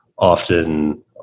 often